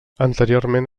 anteriorment